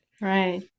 Right